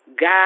God